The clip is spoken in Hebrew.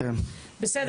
תודה